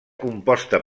composta